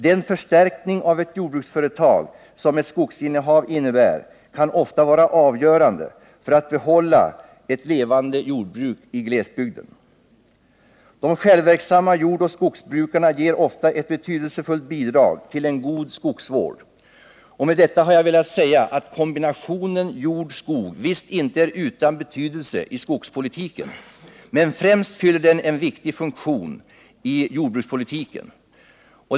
Den förstärkning av ett jordbruksföretag som ett skogsinnehav innebär kan ofta vara avgörande för att behålla ett levande jordbruk i glesbygden. De självverksamma jordoch skogsbrukarna ger ofta ett betydelsefullt bidrag till en god skogsvård. Med detta har jag velat säga att kombinationen jord-skog visst inte är utan betydelse i skogspolitiken. Men främst fyller den en viktig funktion i jordbrukspolitiken.